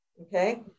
Okay